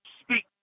speak